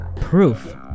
proof